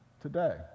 today